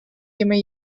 jimme